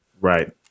Right